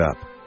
up